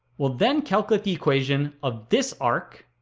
well, then calculate the equation of this arc